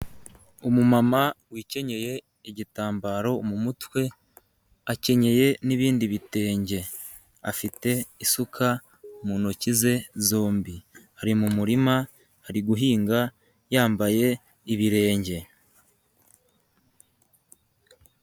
Umumama wikenyeye igitambaro mu mutwe, akenyeye n'ibindi bitenge. Afite isuka mu ntoki ze zombi. Ari mu murima ari guhinga yambaye ibirenge.